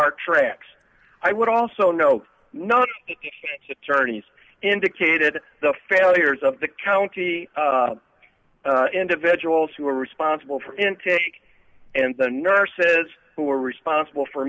our tracks i would also know not to turn he's indicated the failures of the county individuals who are responsible for intake and the nurses who are responsible for